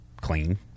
clean